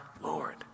Lord